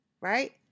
right